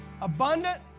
abundant